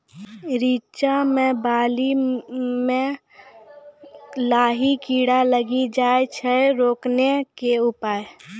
रिचा मे बाली मैं लाही कीड़ा लागी जाए छै रोकने के उपाय?